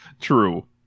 True